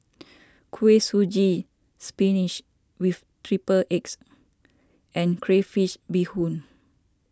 Kuih Suji Spinach with Triple Eggs and Crayfish BeeHoon